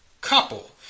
couple